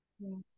yes